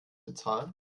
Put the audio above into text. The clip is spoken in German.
bezahlen